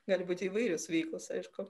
gali būti įvairios veiklos aišku